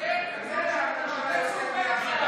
תכריז על הפסקה קצרה.